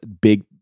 big